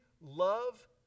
love